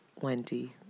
Wendy